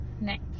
Next